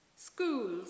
schools